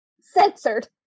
censored